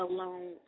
Alone